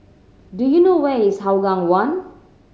do you know where is Hougang One